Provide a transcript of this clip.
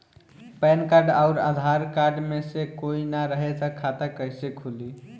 Pan card आउर Aadhaar card मे से कोई ना रहे त खाता कैसे खुली?